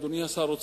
אדוני השר,